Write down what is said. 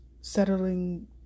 Settling